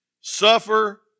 suffer